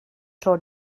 tro